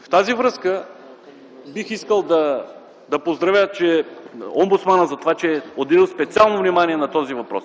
В тази връзка бих искал да поздравя омбудсмана за това, че е отделил специално внимание на този въпрос,